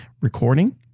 recording